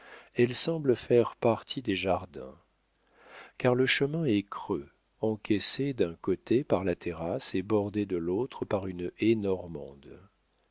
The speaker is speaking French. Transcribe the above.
elle semble faire partie des jardins car le chemin est creux encaissé d'un côté par la terrasse et bordé de l'autre par une haie normande